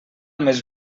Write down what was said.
més